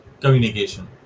communication